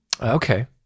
Okay